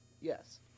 Yes